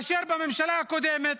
בממשלה הקודמת